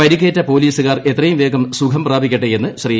പരിക്കേറ്റ പോലീസുകാർ എത്രയും വേഗം സുഖം പ്രാപിക്കട്ടെയെന്ന് ശ്രീ